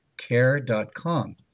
care.com